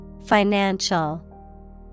Financial